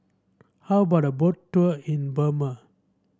how about a Boat Tour in Burma